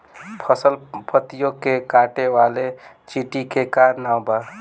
फसल पतियो के काटे वाले चिटि के का नाव बा?